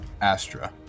Astra